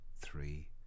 three